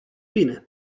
bine